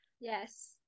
Yes